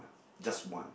just one